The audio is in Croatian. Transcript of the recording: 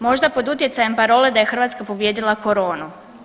Možda pod utjecajem parole da je Hrvatska pobijedila koronu.